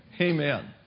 Amen